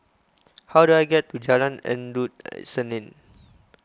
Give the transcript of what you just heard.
how do I get to Jalan Endut Senin